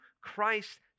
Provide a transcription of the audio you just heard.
Christ